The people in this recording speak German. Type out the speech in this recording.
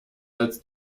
als